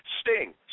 Sting